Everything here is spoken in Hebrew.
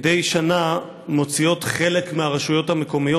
מדי שנה מוציאות חלק מהרשויות המקומיות,